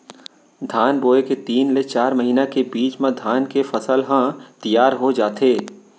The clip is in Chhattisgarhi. धान बोए के तीन ले चार महिना के बीच म धान के फसल ह तियार हो जाथे